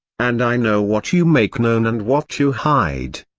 and i know what you make known and what you hide?